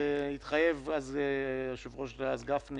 התחייב היושב-ראש דאז גפני,